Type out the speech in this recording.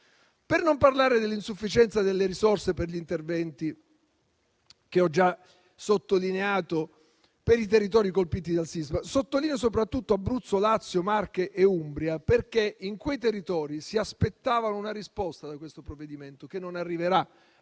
Per non parlare dell'insufficienza delle risorse per gli interventi che ho già sottolineato per i territori colpiti dal sisma. Mi riferisco soprattutto a Abruzzo, Lazio, Marche e Umbria, territori che si aspettavano una risposta da questo provvedimento che non arriverà